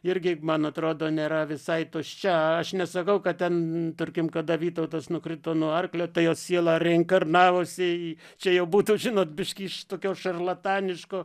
irgi man atrodo nėra visai tuščia aš nesakau kad ten tarkim kada vytautas nukrito nuo arklio tai jo siela reinkarnavosi čia jau būtų žinot biškį iš tokio šarlataniško